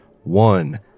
One